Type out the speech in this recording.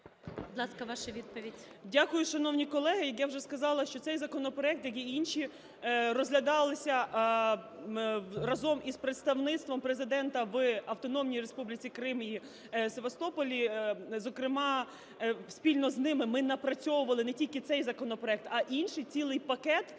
Дякую, шановні колеги.